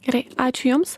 gerai ačiū jums